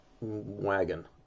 wagon